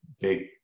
big